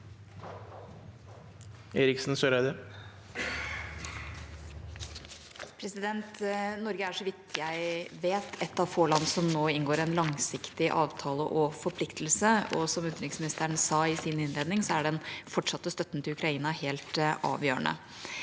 så vidt jeg vet, et av få land som nå inngår en langsiktig avtale og forpliktelse. Som utenriksministeren sa i sin innledning, er den fortsatte støtten til Ukraina helt avgjørende,